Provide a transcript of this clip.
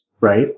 right